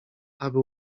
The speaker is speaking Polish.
aby